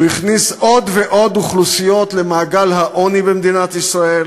הוא הכניס עוד ועוד אוכלוסיות למעגל העוני במדינת ישראל,